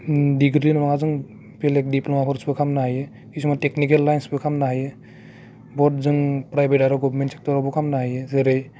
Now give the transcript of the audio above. डिग्रिल' नङा जों बेलेक डिप्लमाफोर खालामनो हायो खिसुमान टेकनिकेल लाइन्सबो खालामनो हायो जों प्राइभेट आरो गभार्नमेन्ट सेक्टरावबो खालामनो हायो जेरै